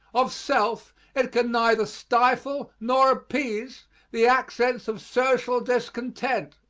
of self it can neither stifle nor appease the accents of social discontent.